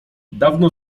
dawno